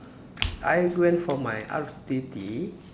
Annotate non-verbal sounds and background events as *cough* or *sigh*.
*noise* I went for my R_T_T